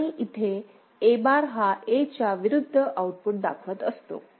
आणि इथे A bar हा Aच्या विरुद्ध आउटपुट दाखवत असतो